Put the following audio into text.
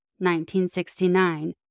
1969